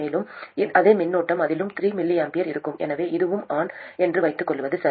மேலும் அதே மின்னோட்டம் இதிலும் 3 mA இருக்கும் எனவே இதுவும் ஆன் என்று வைத்துக் கொள்வது சரி